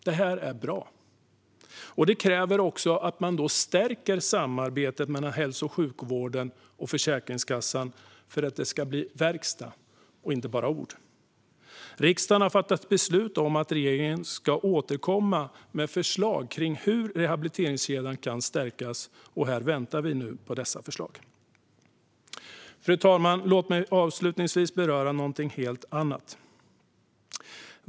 Det här är bra, och det kräver också att man stärker samarbetet mellan hälso och sjukvården och Försäkringskassan för att det ska bli verkstad och inte bara ord. Riksdagen har fattat beslut om att regeringen ska återkomma med lagförslag kring hur rehabiliteringskedjan kan stärkas, och vi väntar nu på dessa förslag. Fru talman! Låt mig avslutningsvis beröra något helt annat.